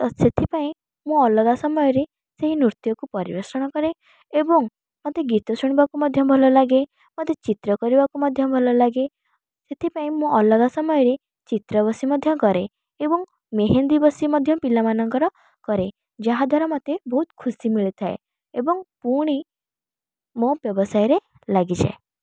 ତ ସେଥିପାଇଁ ମୁଁ ଅଲଗା ସମୟରେ ସେଇ ନୃତ୍ୟକୁ ପରିବେଷଣ କରେ ଏବଂ ମୋତେ ଗୀତ ଶୁଣିବାକୁ ମଧ୍ୟ ଭଲ ଲାଗେ ମୋତେ ଚିତ୍ର କରିବାକୁ ମଧ୍ୟ ଭଲ ଲାଗେ ସେଥିପାଇଁ ମୁଁ ଅଲଗା ସମୟରେ ଚିତ୍ର ବସି ମଧ୍ୟ କରେ ଏବଂ ମେହେନ୍ଦୀ ବସି ମଧ୍ୟ ପିଲାମାନଙ୍କର କରେ ଯାହାଦ୍ୱାରା ମୋତେ ବହୁତ ଖୁସି ମିଳିଥାଏ ଏବଂ ପୁଣି ମୋ ବ୍ୟବସାୟରେ ଲାଗିଯାଏ